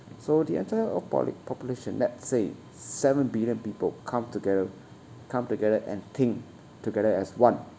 so the entire of poli~ population let's say seven billion people come together come together and think together as one